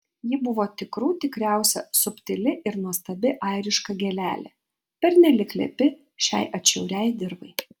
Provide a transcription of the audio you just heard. ji buvo tikrų tikriausia subtili ir nuostabi airiška gėlelė pernelyg lepi šiai atšiauriai dirvai